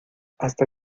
hasta